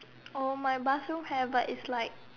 my bathroom have but it's like